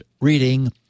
reading